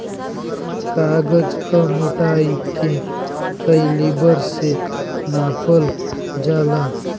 कागज क मोटाई के कैलीबर से नापल जाला